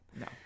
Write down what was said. No